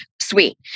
Sweet